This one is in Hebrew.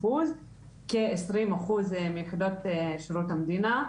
אחוז כעשרים אחוז מיחידות שירות המדינה.